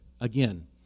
again